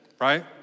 right